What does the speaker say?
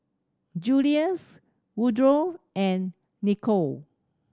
Julius Woodrow and Nicolle